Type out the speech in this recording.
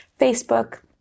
Facebook